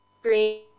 green